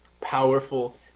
powerful